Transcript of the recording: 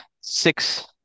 six